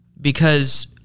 because-